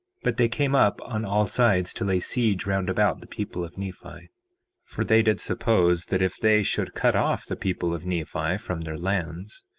but they came up on all sides to lay siege round about the people of nephi for they did suppose that if they should cut off the people of nephi from their lands,